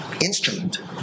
instrument